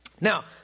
Now